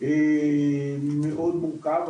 מאוד מורכבת.